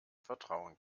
vertrauen